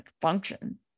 function